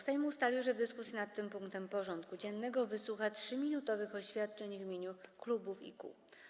Sejm ustalił, że w dyskusji nad tym punktem porządku dziennego wysłucha 3-minutowych oświadczeń w imieniu klubów i kół.